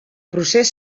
procés